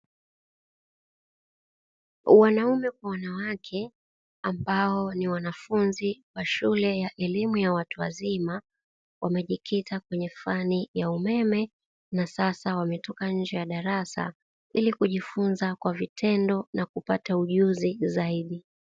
Wanaume kwa wanawake ambao ni wanafunzi wa shule ya elimu ya watu wazima, wamejikita kwenye fani ya umeme na sasa wametoka nje ya darasa, ili kujifunza kwa vitendo na kupata ujuzi zaidi.